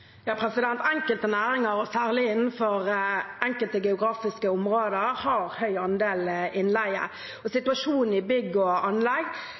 Enkelte næringer, og særlig innenfor enkelte geografiske områder, har høy andel innleie, og situasjonen i bygg og anlegg